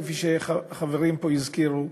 כפי שחברים פה הזכירו,